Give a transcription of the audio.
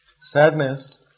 sadness